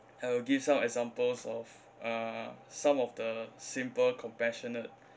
I will give some examples of uh some of the simple compassionate